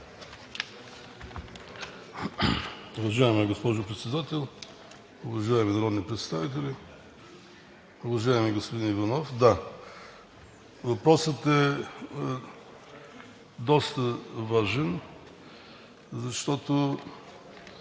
въпросът е доста важен, защото,